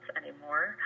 anymore